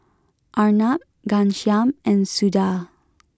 Arnab Ghanshyam and Suda